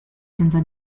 senza